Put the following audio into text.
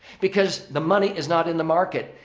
because the money is not in the market.